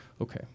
Okay